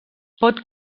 pot